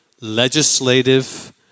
legislative